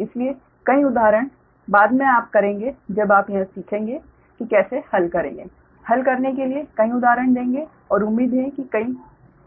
इसलिए कई उदाहरण बाद में आप करेंगे जब आप यह सीखेंगे कि कैसे हल करेंगे हल करने के लिए कई उदाहरण देंगे और उम्मीद है कि कई